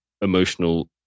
emotional